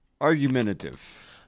Argumentative